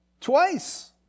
twice